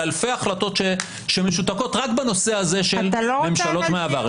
אלפי החלטות שמשותפות רק בנושא הזה של ממשלות מעבר.